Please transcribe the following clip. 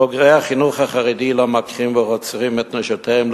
בוגרי החינוך החרדי לא מכים ורוצחים את נשותיהם,